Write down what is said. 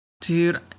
dude